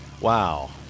Wow